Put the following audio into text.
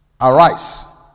arise